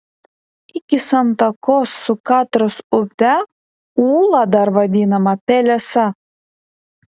iki santakos su katros upe ūla dar vadinama pelesa